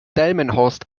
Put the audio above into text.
delmenhorst